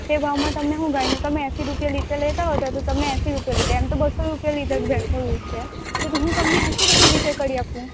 એ ભાવમાં તમને હું ગાયનું તમે એંશી રૂપિયા લિટર લેતા હોવ ત્યાર તો તમે એંશી રૂપિયા લીધા એમ એમ તો બસ્સો રૂપિયા કે ભેસનું દૂધ છે તો હું તમને એંશી રૂપિયા રીતે કરી આપું